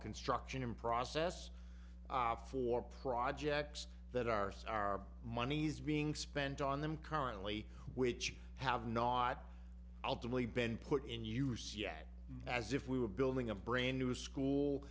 construction in process for projects that are so our money's being spent on them currently which have not ultimately been put in use yet as if we were building a brand new school